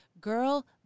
girl